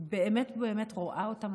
באמת באמת רואה אותם,